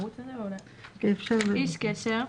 "איש קשר"